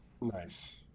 Nice